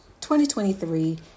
2023